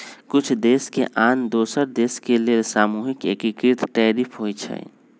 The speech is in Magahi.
कुछ देश के आन दोसर देश के लेल सामूहिक एकीकृत टैरिफ होइ छइ